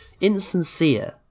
insincere